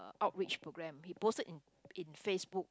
outreach program he posted in in Facebook